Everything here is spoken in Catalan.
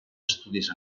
estudis